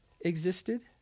existed